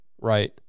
right